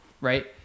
right